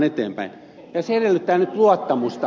se edellyttää nyt luottamusta